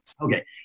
Okay